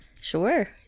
sure